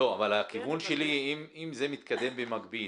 לא, אבל הכיוון שלי, אם זה מתקדם במקביל,